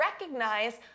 recognize